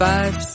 Five